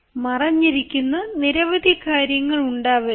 മറഞ്ഞിരിക്കുന്ന നിരവധി കാര്യങ്ങൾ ഉണ്ടാകരുത്